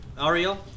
Ariel